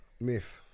Myth